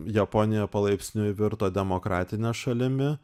japonija palaipsniui virto demokratine šalimi